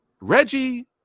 reggie